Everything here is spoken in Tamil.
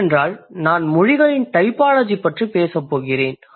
ஏனென்றால் நான் மொழிகளின் டைபாலஜி பற்றிப் பேசப் போகிறேன்